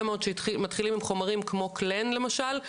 מאוד שמתחילים עם חומרים כמו "קלן" למשל,